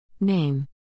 Name